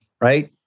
right